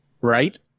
right